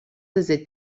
desde